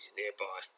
nearby